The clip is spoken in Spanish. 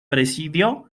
presidio